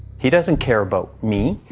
he doesn't care about me.